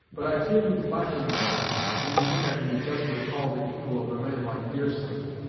but i fear you flatter me, hetty, when you think i can be justly called the equal of a man like deerslayer.